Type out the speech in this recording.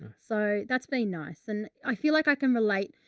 so that's been nice. and i feel like i can relate.